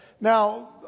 Now